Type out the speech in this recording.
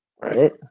right